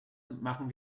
machen